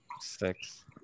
six